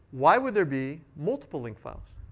why would there be multiple link files?